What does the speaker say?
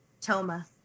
Toma